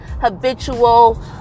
habitual